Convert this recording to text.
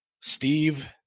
Steve